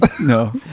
No